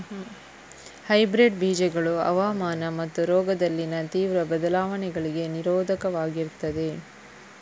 hybrid ಬೀಜಗಳು ಹವಾಮಾನ ಮತ್ತು ರೋಗದಲ್ಲಿನ ತೀವ್ರ ಬದಲಾವಣೆಗಳಿಗೆ ನಿರೋಧಕವಾಗಿರ್ತದೆ